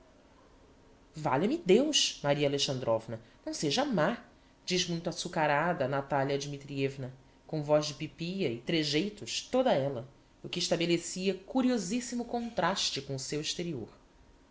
valha-me deus maria alexandrovna não seja má diz muito açucarada a natalia dmitrievna com voz de pipía e tregeitos toda ella o que estabelecia curiosissimo contraste com o seu exterior